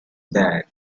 bag